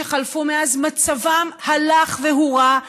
שחלפו מאז מצבם הלך והורע,